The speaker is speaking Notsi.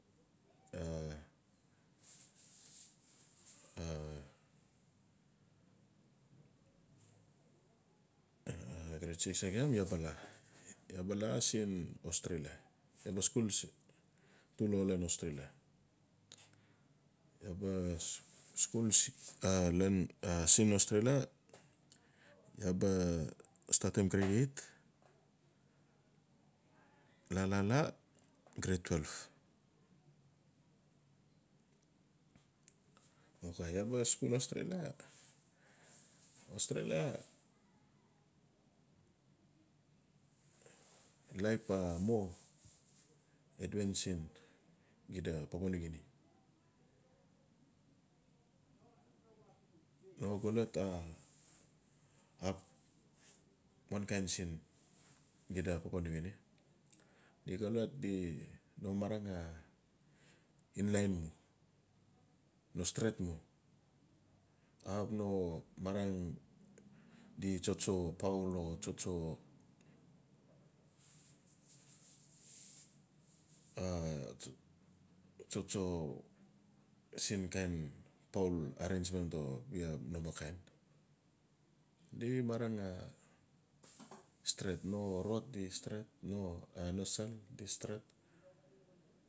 A a-aggrade siin again iaa ba la siin. Australia iaa ba skul tolo ian australia. Ia skul siin australia iaa ba statim grade eight la-la-lagrade twelve ok iaa ba skul australlia laip o mo advents siin xida papua new guinea no xolot ap wan kain siin xida papua new guinea di xolot no marang di tsotso poul o tsotso tsotso siin kain tall arrangement o bia no mat kain di marang a stret. no rot di stret, no sal di stret.